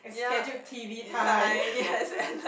scheduled T_V time